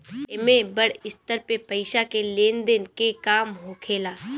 एमे बड़ स्तर पे पईसा के लेन देन के काम होखेला